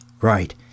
Right